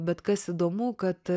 bet kas įdomu kad